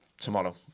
tomorrow